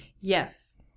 Yes